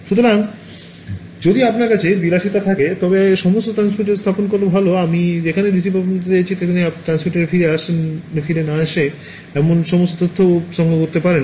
সুতরাং যদি আপনার কাছে বিলাসিতা থাকে তবে সর্বত্র ট্রান্সমিটার স্থাপন করা ভাল আমি যেখানেই রিসিভারকে বোঝাতে চাইছি যাতে আপনি ট্রান্সমিটারে ফিরে না আসে এমন সমস্ত তথ্য সংগ্রহ করতে পারেন